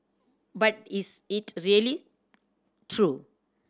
but is it really true